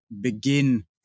begin